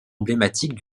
emblématique